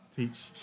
teach